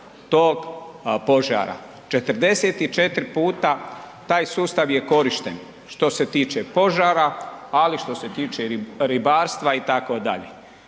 tog požara 44 puta taj sustav je korišten što se tiče požara, ali što se tiče ribarstva itd.